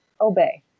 Obey